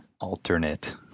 alternate